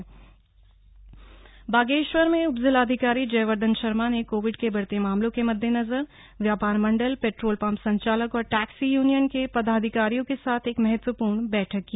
बैठक बागेश्वर बागेश्वर में उपजिलाधिकारी जयवर्दधन शर्मा ने कोविड के बढ़ते मामलों के मददेनजर व्यापार मंडल पेट्रोल पंप संचालक और टैक्सी यूनियन के पदाधिकारियों के साथ एक महत्वपूर्ण बैठक की